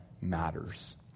matters